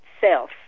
self